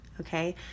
Okay